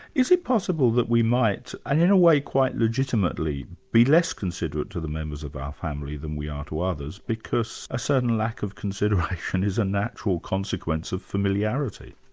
is it possible that we might, and in a way quite legitimately, be less considerate to the members of our family than we are to others, because a certain lack of consideration is a natural consequence of familiarity.